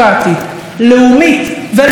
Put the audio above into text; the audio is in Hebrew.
לאומית וליברלית,